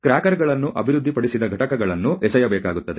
ಆದ್ದರಿಂದ ಕ್ರ್ಯಾಕರ್ಗಳನ್ನು ಅಭಿವೃದ್ಧಿಪಡಿಸಿದ ಘಟಕಗಳನ್ನು ಎಸೆಯಬೇಕಾಗುತ್ತದೆ